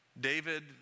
David